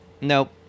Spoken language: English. Nope